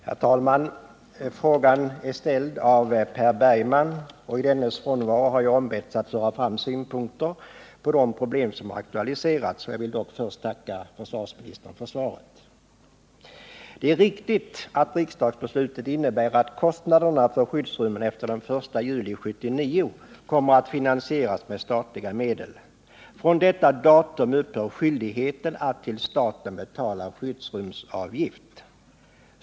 Herr talman! Frågan är ställd av Per Bergman. I dennes frånvaro har jag ombetts att föra fram synpunkter på det problem som aktualiserats. Jag vill dock först tacka försvarsministern för svaret. Det är riktigt att riksdagsbeslutet innebär att kostnaderna för skyddsrummen efter den 1 juli 1979 kommer att finansieras med statliga medel. Från detta datum upphör skyldigheten att till staten betala skyddsrumsavgift.